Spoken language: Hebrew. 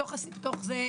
בתוך זה,